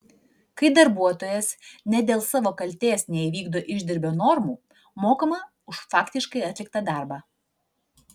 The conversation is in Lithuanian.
kai darbuotojas ne dėl savo kaltės neįvykdo išdirbio normų mokama už faktiškai atliktą darbą